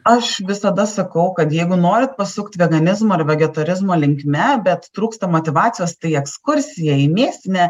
aš visada sakau kad jeigu norit pasukt veganizmo ar vegetarizmo linkme bet trūksta motyvacijos tai ekskursija į mėsinę